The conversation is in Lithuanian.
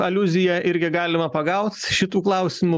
aliuziją irgi galima pagaut šitų klausimų